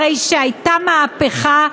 הרי הייתה מהפכה,